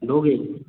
दोगे